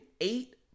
eight